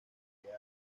argos